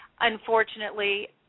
unfortunately